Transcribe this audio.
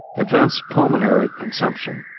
advanced pulmonary consumption,